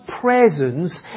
presence